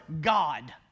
God